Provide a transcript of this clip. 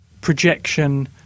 projection